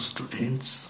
Students